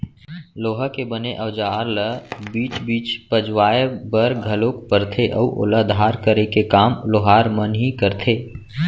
लोहा के बने अउजार ल बीच बीच पजवाय बर घलोक परथे अउ ओला धार करे के काम लोहार मन ही करथे